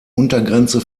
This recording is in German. untergrenze